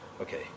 Okay